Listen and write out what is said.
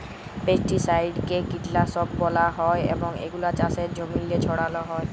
পেস্টিসাইডকে কীটলাসক ব্যলা হ্যয় এবং এগুলা চাষের জমিল্লে ছড়াল হ্যয়